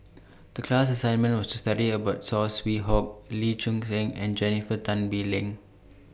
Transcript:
The class assignment was to study about Saw Swee Hock Lee Choon Seng and Jennifer Tan Bee Leng